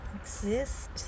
exist